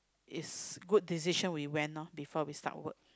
is good decision we went lor before we start work